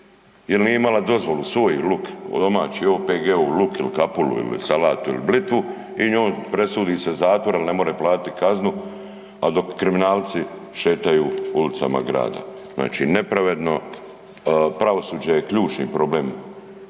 jer nije imala dozvolu svoj luk, domaći, OPG-ov luk ili kapulu ili salatu ili blitvu i njoj presudi se zatvor jer ne more platiti kaznu, a dok kriminalci šetaju ulicama grada. Znači nepravedno, pravosuđe je ključni problem